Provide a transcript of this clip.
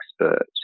expert